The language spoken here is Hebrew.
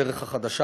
הדרך החדשה,